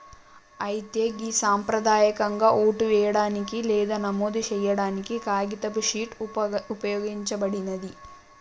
అయితే గి సంప్రదాయకంగా ఓటు వేయడానికి లేదా నమోదు సేయాడానికి కాగితపు షీట్ ఉపయోగించబడినాది